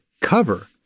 cover